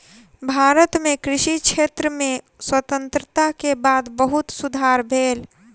भारत मे कृषि क्षेत्र में स्वतंत्रता के बाद बहुत सुधार भेल